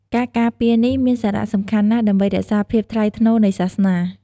ការការពារនេះមានសារៈសំខាន់ណាស់ដើម្បីរក្សាភាពថ្លៃថ្នូរនៃសាសនា។